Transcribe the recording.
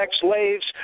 slaves